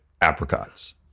apricots